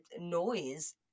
noise